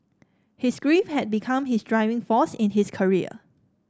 his grief had become his driving force in his career